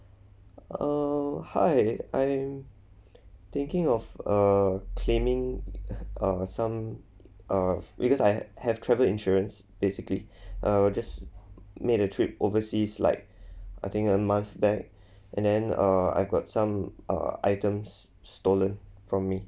err hi l'm thinking of err claiming uh some uh because I had have travel insurance basically uh I just made a trip overseas like I think a month back and then uh I got some uh items st~ stolen from me